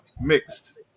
mixed